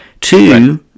Two